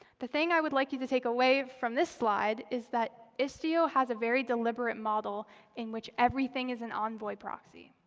the thing i would like you to take away from this slide is that istio has a very deliberate model in which everything is an envoy proxy.